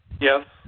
Yes